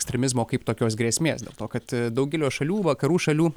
ekstremizmo kaip tokios grėsmės dėl to kad daugelio šalių vakarų šalių